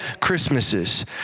Christmases